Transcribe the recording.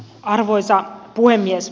arvoisa puhemies